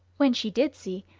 when she did see,